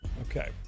Okay